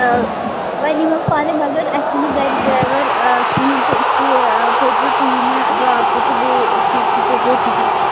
وۅنۍ یِمہٕ ہا بہٕ پانے مگر اَسہِ چھُنہٕ گَرٕ ڈرایوَر کِہیٖنٛۍ تہٕ اِسلیے کٔرۍزیٚو تُہی مےٚ ڈرٛاپ تہِ تہٕ بیٚیہِ پِک تہِ کٔرۍزیٚو تُہی